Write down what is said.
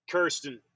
Kirsten